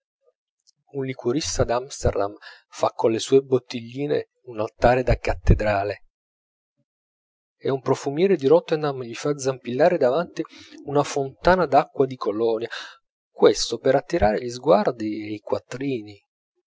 un liquorista d'amsterdam fa colle sue bottigline un altare da cattedrale e un profumiere di rotterdam gli fa zampillare davanti una fontana d'acqua di colonia questo per attirare gli sguardi e i quattrini